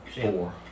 Four